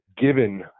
given